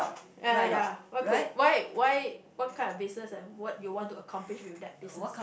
ya ya ya what could why why what kind of business and what you want to accomplish with that business